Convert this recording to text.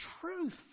truth